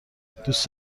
دوست